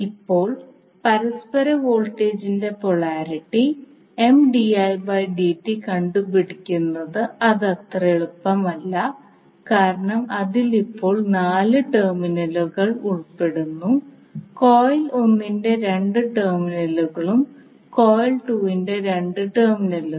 ഇപ്പോൾ പരസ്പര വോൾട്ടേജിന്റെ പൊളാരിറ്റി കണ്ടുപിടിക്കുന്നത് അത് അത്ര എളുപ്പമല്ല കാരണം അതിൽ ഇപ്പോൾ നാല് ടെർമിനലുകൾ ഉൾപ്പെടുന്നു കോയിൽ 1 ന്റെ രണ്ട് ടെർമിനലുകളും കോയിൽ 2 ന്റെ രണ്ട് ടെർമിനലുകളും